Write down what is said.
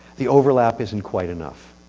the overlap isn't quite enough.